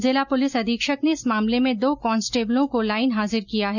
जिला पुलिस अधीक्षक ने इस मामले में दो कॉन्स्टेबलों को लाईन हाजिर किया है